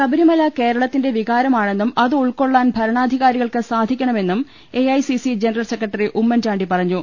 ശബരിമല കേരളത്തിന്റെ വികാരമാണെന്നും അത് ഉൾക്കൊ ള്ളാൻ ഭരണാധികാരികൾക്ക് സാധിക്കണമെന്നും A I C C general secretary Oommen Chandy പറഞ്ഞു